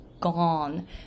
gone